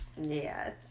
Yes